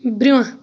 برٛۄنٛہہ